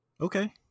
Okay